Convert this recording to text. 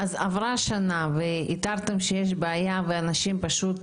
אז עברה שנה ואיתרתם שיש בעיה ואנשים פשוט,